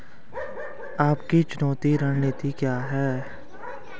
आपकी चुकौती रणनीति क्या है?